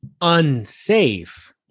Unsafe